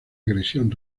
agresión